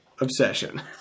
Obsession